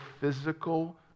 physical